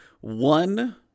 One